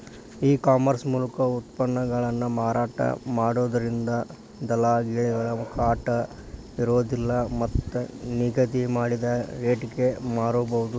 ಈ ಕಾಮರ್ಸ್ ಮೂಲಕ ಉತ್ಪನ್ನಗಳನ್ನ ಮಾರಾಟ ಮಾಡೋದ್ರಿಂದ ದಲ್ಲಾಳಿಗಳ ಕಾಟ ಇರೋದಿಲ್ಲ ಮತ್ತ್ ನಿಗದಿ ಮಾಡಿದ ರಟೇಗೆ ಮಾರಬೋದು